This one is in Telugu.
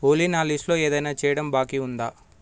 ఓలీ నా లిస్ట్లో ఏదైనా చేయడం బాకీ ఉందా